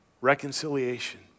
reconciliation